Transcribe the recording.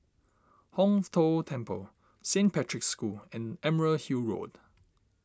Hong Tho Temple Saint Patrick's School and Emerald Hill Road